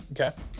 Okay